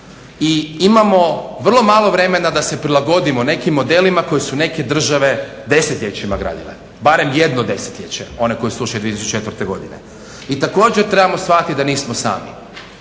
I imamo vrlo malo vremena da se prilagodimo nekim modelima koje su neke države desetljećima gradile, barem jedno desetljeće one koje su ušle 2004.godine. i također trebamo shvatiti da nismo sami,